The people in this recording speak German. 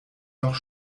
noch